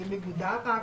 מבנה.